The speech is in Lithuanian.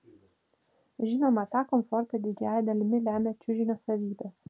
žinoma tą komfortą didžiąja dalimi lemia čiužinio savybės